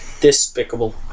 despicable